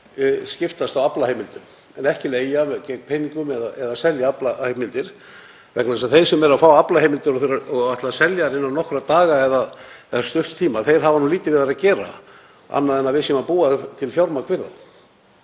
skiptast á aflaheimildum en ekki leigja gegn peningum eða selja aflaheimildir, vegna þess að þeir sem fá aflaheimildir og ætla að selja þær innan nokkurra daga eða stutts tíma hafa nú lítið við þær að gera annað en að við séum að búa til fjármagn fyrir þá.